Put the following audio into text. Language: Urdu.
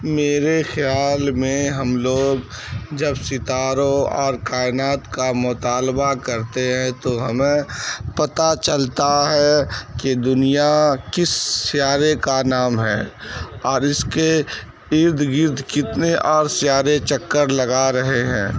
میرے خیال میں ہم لوگ جب ستاروں اور کائنات کا مطالبہ کرتے ہیں تو ہمیں پتا چلتا ہے کہ دنیا کس سیارے کا نام ہے اور اس کے ارد گرد کتنے اور سیارے چکر لگا رہے ہیں